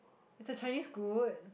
is her Chinese good